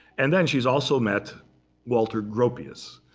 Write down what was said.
and then she's also met walter gropius,